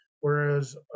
Whereas